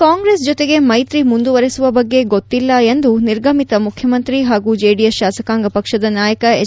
ಕಾಂಗ್ರೆಸ್ ಜೊತೆಗೆ ಮೈತ್ರಿ ಮುಂದುವರೆಸುವ ಬಗ್ಗೆ ಗೊತ್ತಿಲ್ಲ ಎಂದು ನಿರ್ಗಮಿತ ಮುಖ್ಯಮಂತ್ರಿ ಹಾಗೂ ಜೆಡಿಎಸ್ ಶಾಸಕಾಂಗ ಪಕ್ಷದ ನಾಯಕ ಎಚ್